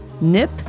Nip